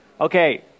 Okay